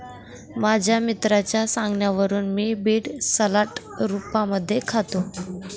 माझ्या मित्राच्या सांगण्यावरून मी बीड सलाड रूपामध्ये खातो